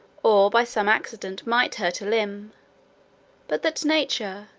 or by some accident might hurt a limb but that nature,